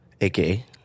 AKA